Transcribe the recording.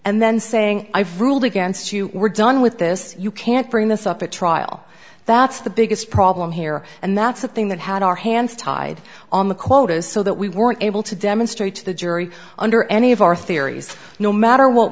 and then saying i've ruled against you we're done with this you can't bring this up at trial that's the biggest problem here and that's something that had our hands tied on the quotas so that we weren't able to demonstrate to the jury under any of our theories no matter what